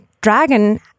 Dragon